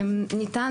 ניתן